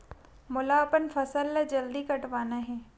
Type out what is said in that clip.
मोला अपन फसल ला जल्दी कटवाना हे?